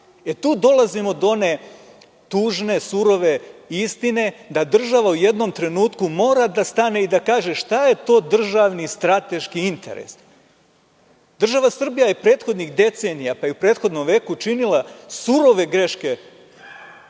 dolazimo do one tužne, surove istine, da država u jednom trenutku mora da stane i da kaže šta je to državni strateški interes? Država Srbija je prethodnih decenija, pa i u prethodnom veku činila surove greške u